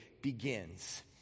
begins